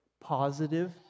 positive